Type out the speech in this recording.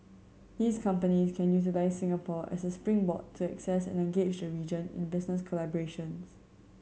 these companies can utilise Singapore as a springboard to access and engage the region in business collaborations